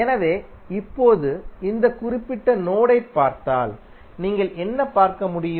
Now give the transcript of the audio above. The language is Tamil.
எனவே இப்போது இந்த குறிப்பிட்ட நோடு யைப் பார்த்தால் நீங்கள் என்ன பார்க்க முடியும்